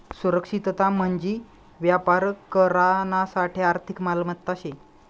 सुरक्षितता म्हंजी व्यापार करानासाठे आर्थिक मालमत्ता शे